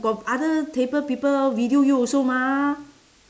got other table people video you also mah